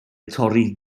torri